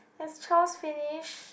has Charles finish